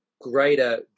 greater